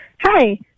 Hi